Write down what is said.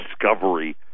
discovery